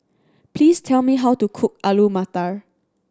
please tell me how to cook Alu Matar